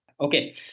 Okay